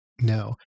No